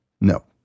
No